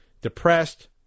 depressed